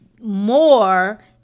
More